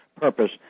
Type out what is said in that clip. purpose